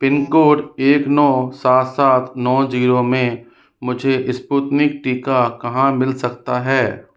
pin code एक नौ सात सात नौ जीरो में मुझे स्पुतनिक टीका कहाँ मिल सकता है